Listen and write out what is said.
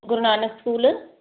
Guru Nanak school